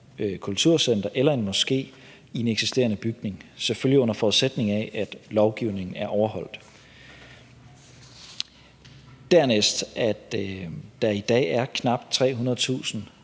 kulturcenter eller en moské i en eksisterende bygning, selvfølgelig under forudsætning af at lovgivningen er overholdt. Dernæst vil jeg sige, at der i dag er knap 300.000